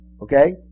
Okay